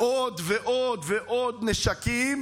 הזכיר כאן חבר הכנסת סער את חוק הנשק.